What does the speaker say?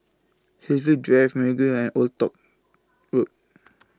Hillview Drive Mergui and Old Toh Road